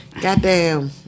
goddamn